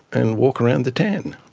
and walk around the tan.